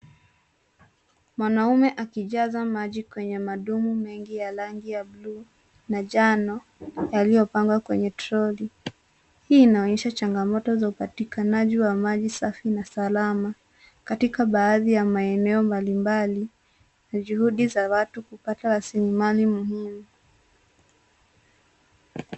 Mwanaume akijaza maji kwenye madumu mengi ya rangi ya bluu na njano yaliyopangwa kwenye troli. Hii inaonyesha changamoto za upatikanaji wa maji safi na salama katika baadhi ya maeneo mbali mbali. Ni juhudi za watu kupata rasilimali muhimu.